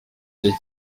cyo